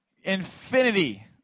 infinity